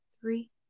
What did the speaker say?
three